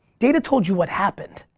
data told you what happened,